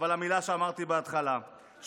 אבל המילה שאמרתי בהתחלה,